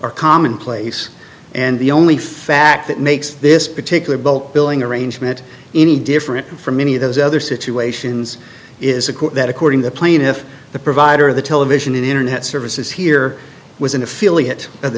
are commonplace and the only fact that makes this particular bulk billing arrangement any different from any of those other situations is that according the plaintiff the provider of the television and internet services here was an affiliate of the